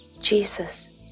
Jesus